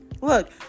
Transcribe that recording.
Look